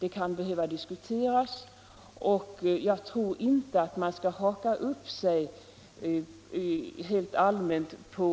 Detta kan behöva diskuteras, och jag tror inte att man helt allmänt skall haka upp sig på